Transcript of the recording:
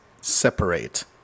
separate